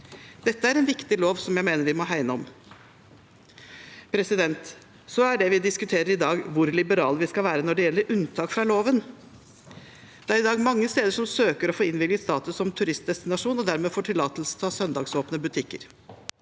Dette er en viktig lov, som jeg mener vi må hegne om. Så er det vi diskuterer i dag, hvor liberale vi skal være når det gjelder unntak fra loven. Det er i dag mange steder som søker om å få innvilget status som turistdestinasjon, og dermed får tillatelse til å ha søndagsåpne butikker.